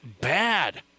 bad